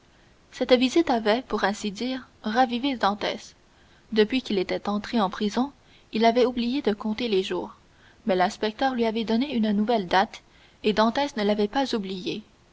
cette visite avait pour ainsi dire ravivé dantès depuis qu'il était entré en prison il avait oublié de compter les jours mais l'inspecteur lui avait donné une nouvelle date et dantès ne l'avait pas oubliée